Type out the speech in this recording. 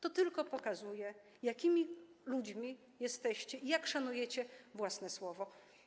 To tylko pokazuje, jakimi ludźmi jesteście i jak szanujecie własne słowo.